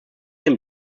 den